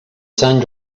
sant